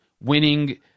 winning